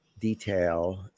detail